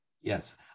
Yes